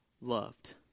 loved